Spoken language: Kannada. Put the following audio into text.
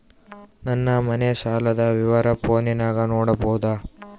ನನ್ನ ಮನೆ ಸಾಲದ ವಿವರ ಫೋನಿನಾಗ ನೋಡಬೊದ?